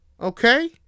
Okay